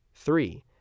Three